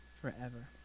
forever